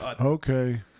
Okay